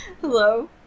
Hello